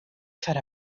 foar